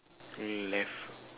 left